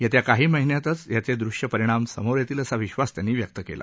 यस्या काही महिन्यातच याचव्रिश्य परिणाम समोर यसील असा विश्वास त्यांनी व्यक्त कला